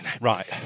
Right